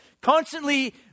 constantly